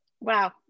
Wow